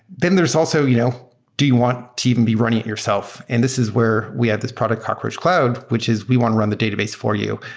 then there's also you know do you want to even be running it yourself? and this is where we had this product cockroach cloud, which is we want to run the database for you.